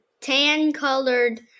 tan-colored